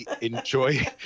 enjoy